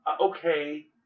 Okay